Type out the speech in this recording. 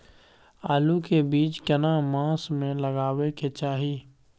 आलू के बीज केना मास में लगाबै के चाही?